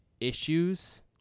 issues